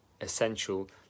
essential